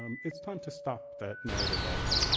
um it's time to stop that narrative arc.